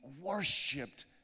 worshipped